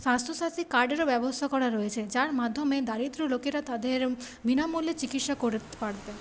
স্বাস্থ্যসাথী কার্ডেরও ব্যবস্থা করা রয়েছে যার মাধ্যমে দরিদ্র লোকেরা তাঁদের বিনামূল্যে চিকিৎসা করাতে পারবে